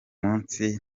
munsi